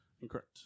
Incorrect